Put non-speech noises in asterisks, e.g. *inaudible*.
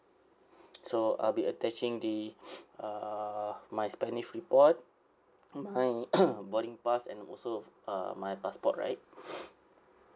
so I'll be attaching the *noise* uh my spanish report my *coughs* boarding pass and also uh my passport right *noise*